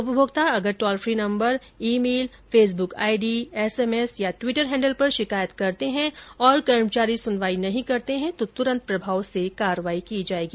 उपमोक्ता अगर toll free number email Facebook ID SMS या ट्विटर हैंडल पर शिकायत करता है और कर्मचारी सुनवाई नहीं करता है तो तुरंत प्रभाव से कार्रवाई होगी